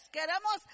Queremos